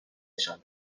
نشان